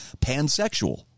pansexual